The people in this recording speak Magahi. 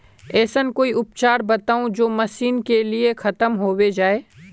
ऐसन कोई उपचार बताऊं जो हमेशा के लिए खत्म होबे जाए?